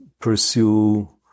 pursue